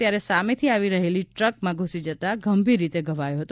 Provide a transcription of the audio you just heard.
ત્યારે સામેથી આવી રહેલી ટ્રકમા ઘૂસી જતા ગંભીર રીતે ઘવાયો હતો